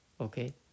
Okay